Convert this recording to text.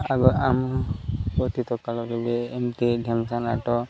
ଆଗ ଆମ ଅତୀତ କାଳରେ ବି ଏମିତି ଢ଼େମ୍ସା ନାଟ